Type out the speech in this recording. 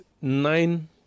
nine